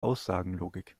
aussagenlogik